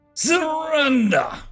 Surrender